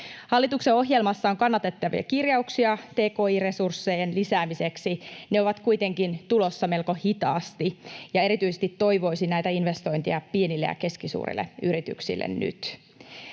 Hallituksen ohjelmassa on kannatettavia kirjauksia tki-resurssien lisäämiseksi. Ne ovat kuitenkin tulossa melko hitaasti, ja erityisesti toivoisi näitä investointeja pienille ja keskisuurille yrityksille nyt.